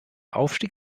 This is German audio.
aufstieg